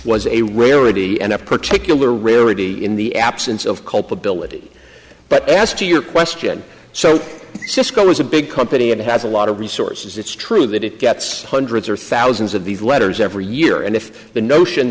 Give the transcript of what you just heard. was a rarity and a particular rarity in the absence of culpability but as to your question so cisco was a big company it has a lot of resources it's true that it gets hundreds or thousands of these letters every year and if the notion